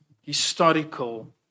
historical